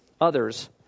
others